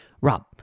Rob